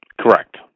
Correct